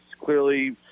clearly